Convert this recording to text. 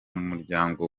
muryango